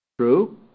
True